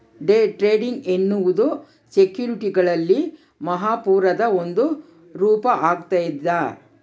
day trading ಎನ್ನುವುದು ಸೆಕ್ಯುರಿಟಿಗಳಲ್ಲಿನ ಊಹಾಪೋಹದ ಒಂದು ರೂಪ ಆಗ್ಯದ